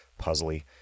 puzzly